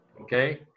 Okay